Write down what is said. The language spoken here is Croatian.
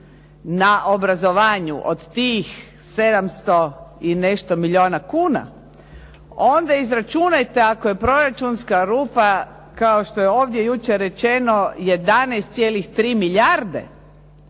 na obrazovanju od tih 700 i nešto milijuna kuna, onda izračunajte ako je proračunska rupa, kao što je ovdje jučer rečeno 11,3 milijarde